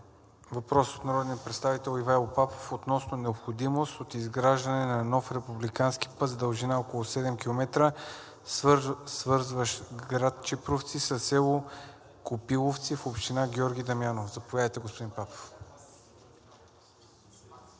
Въпрос от народния представител Ивайло Папов относно необходимост от изграждане на нов републикански път с дължина около 7 км, свързващ град Чипровци и село Копиловци в община Георги Дамяново. Заповядайте, господин Папов.